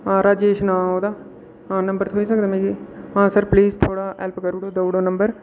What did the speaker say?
हां राजेश नांऽ ऐ ओह्दा हा नंबर थ्होई सकदा मिगी हां सर पलीज थ्होड़ा हैल्प करी ओड़ो देई ओड़ो नंबर